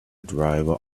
driver